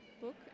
book